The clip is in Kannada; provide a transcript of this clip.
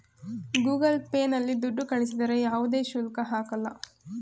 ಗೂಗಲ್ ಪೇ ನಲ್ಲಿ ದುಡ್ಡು ಕಳಿಸಿದರೆ ಯಾವುದೇ ಶುಲ್ಕ ಹಾಕಲ್ಲ